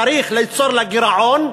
צריך ליצור לה גירעון,